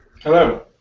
Hello